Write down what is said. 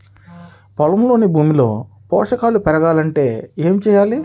పొలంలోని భూమిలో పోషకాలు పెరగాలి అంటే ఏం చేయాలి?